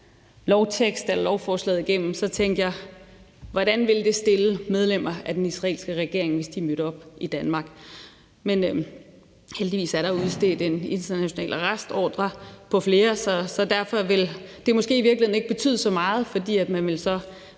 og læste lovforslaget igennem, tænkte jeg: Hvordan ville det stille medlemmer af den israelske regering, hvis de mødte op i Danmark? Men heldigvis er der jo udstedt en international arrestordre på flere, så derfor vil det måske i virkeligheden ikke betyde så meget, fordi man så